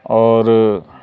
اور